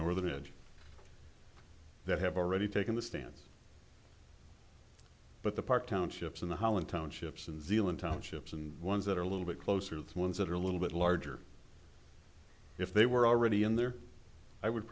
northern edge that have already taken the stance but the park townships and the holland townships and zealand townships and ones that are a little bit closer to the ones that are a little bit larger if they were already in there i would